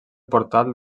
portal